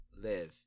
live